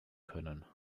können